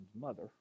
mother